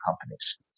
companies